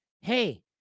hey